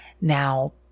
Now